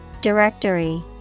Directory